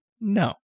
No